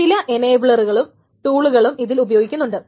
ചില എനേബ്ലറുകളും ടൂളുകളും ഇതിൽ ഉപയോഗിക്കുന്നുണ്ട്